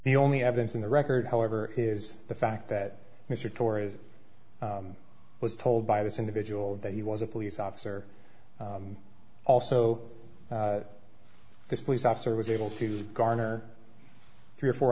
the only evidence in the record however is the fact that mr torres was told by this individual that he was a police officer also this police officer was able to garner three or four